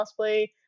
cosplay